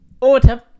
Autumn